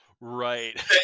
Right